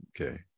Okay